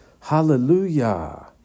Hallelujah